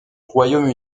royaume